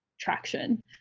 traction